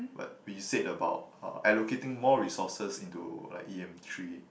but we said about uh allocating more resources into like e_m three